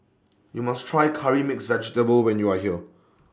YOU must Try Curry Mixed Vegetable when YOU Are here